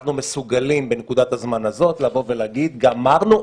אנחנו מסוגלים בנקודת הזמן הזאת לבוא ולהגיד: גמרנו,